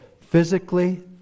Physically